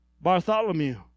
Bartholomew